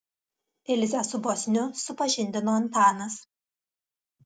ilzę su bosniu supažindino antanas